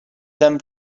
them